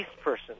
person